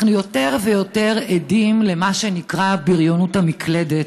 אנחנו עדים יותר ויותר למה שנקרא "בריונות מקלדת".